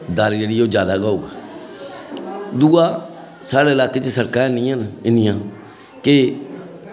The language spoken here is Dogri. दर जेह्ड़ी ओह् जैदा गै होग दूआ साढ़े लाकै च सड़कां हैन निं हैन इन्नियां कि